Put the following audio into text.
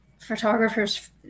photographers